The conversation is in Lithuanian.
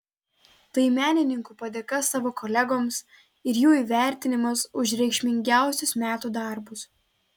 tai menininkų padėka savo kolegoms ir jų įvertinimas už reikšmingiausius metų darbus